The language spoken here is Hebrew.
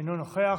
אינו נוכח.